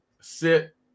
sit